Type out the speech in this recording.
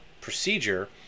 procedure